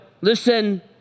Listen